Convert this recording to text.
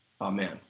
Amen